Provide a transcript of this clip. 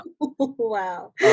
wow